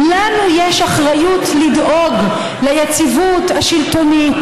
לנו יש אחריות לדאוג ליציבות השלטונית,